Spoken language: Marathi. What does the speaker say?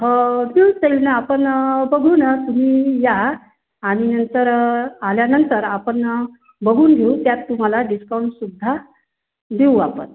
हो आपण बघू ना तुम्ही या आणि तर आल्यानंतर आपण बघून घेऊ त्यात तुम्हाला डिस्काउंटसुद्धा देऊ आपण